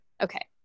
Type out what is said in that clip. okay